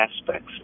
aspects